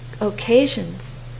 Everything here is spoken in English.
occasions